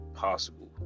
possible